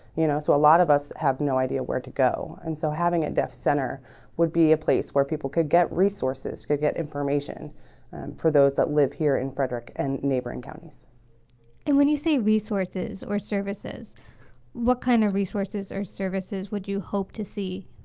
you know so a lot of us have no idea where to go and so having a deaf center would be a place where people could get resources could get information for those that live here in frederick and neighboring counties and when you say resources or services what kind of resources or services would you hope to see?